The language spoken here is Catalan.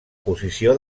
posició